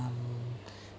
um